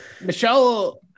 Michelle